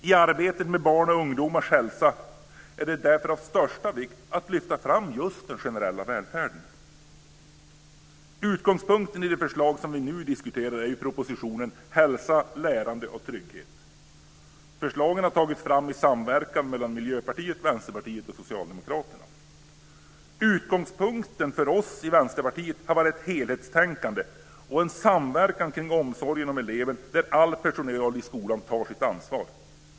I arbetet med barns och ungdomars hälsa är det därför av största vikt att lyfta fram just den generella välfärden. Utgångspunkten i det förslag som vi nu diskuterar är propositionen Hälsa, lärande och trygghet. Förslaget har tagits fram i samverkan mellan Miljöpartiet, Vänsterpartiet och Socialdemokraterna. Utgångspunkten för oss i Vänsterpartiet har varit ett helhetstänkande och en samverkan kring omsorg om eleven, där all personal i skolan tar sitt ansvar.